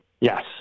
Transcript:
Yes